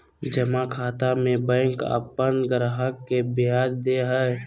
जमा खाता में बैंक अपन ग्राहक के ब्याज दे हइ